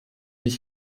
ich